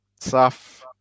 Saf